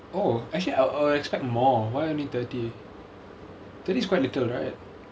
oh actually I'll I'll expect more why only thirty thirty is quite little right